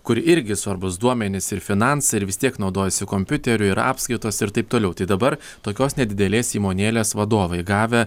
kur irgi svarbūs duomenys ir finansai ir vis tiek naudojasi kompiuteriu yra apskaitos ir taip toliau tai dabar tokios nedidelės įmonėlės vadovai gavę